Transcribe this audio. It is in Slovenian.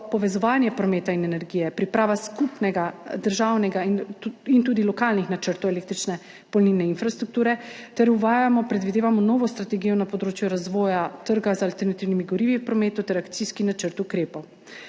povezovanje prometa in energije; pripravo skupnega državnega in tudi lokalnih načrtov električne polnilne infrastrukture; predvidevamo pa tudi novo strategijo na področju razvoja trga z alternativnimi gorivi v prometu ter akcijski načrt ukrepov.